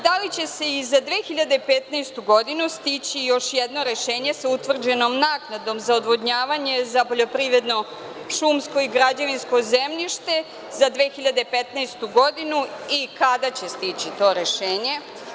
Da li će i za 2015. godinu stići još jedno rešenje sa utvrđenom naknadom za odvodnjavanje za poljoprivredno, šumsko i građevinsko zemljište za 2015. godinu i kada će stići to rešenje?